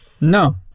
no